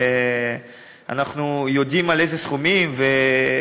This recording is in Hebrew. ואנחנו יודעים על איזה סכומים מדובר,